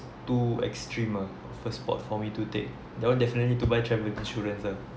too extreme ah first sport for me to take that one definitely to buy travel insurance ah